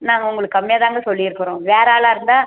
நாங்கள் உங்களுக்கு கம்மியாகதாங்க சொல்லியிருக்குறோம் வேறு ஆளாக இருந்தால்